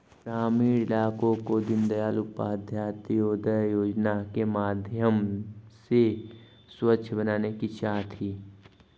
ग्रामीण इलाकों को दीनदयाल उपाध्याय अंत्योदय योजना के माध्यम से स्वच्छ बनाने की चाह थी